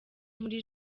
muri